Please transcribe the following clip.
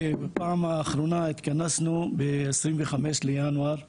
בפעם האחרונה התכנסנו ב-25 בינואר 2022,